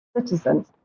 citizens